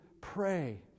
pray